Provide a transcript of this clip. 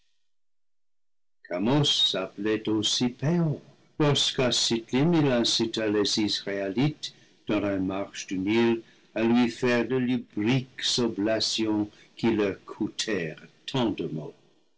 s'appelait aussi péor lorsqu'à sitlim il incita les israélites dans leur marche du nil à lui faire de lubriques oblations qui leur coûtèrent tant de maux